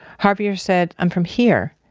javier said, i'm from here!